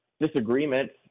disagreements